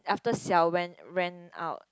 then after Xiao ran ran out